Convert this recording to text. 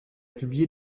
publié